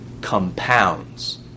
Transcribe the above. compounds